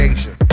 Asia